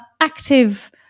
active